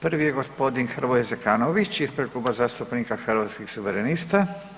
Prvi je g. Hrvoje Zekanović ispred Kluba zastupnika Hrvatskih suverenista.